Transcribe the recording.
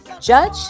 judge